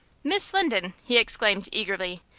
miss linden! he exclaimed, eagerly.